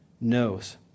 knows